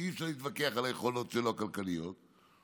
שאי-אפשר להתווכח על היכולות הכלכליות שלו,